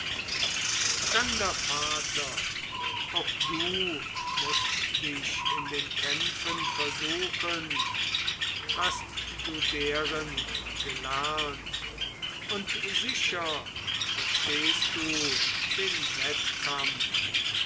fremder vater auch du mußt dich in den kämpfen versuchen hast du deren gelernt und sicher verstehst du den wettkampf